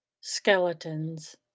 skeletons